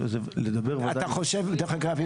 דרך אגב,